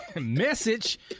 Message